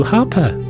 Harper